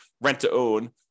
rent-to-own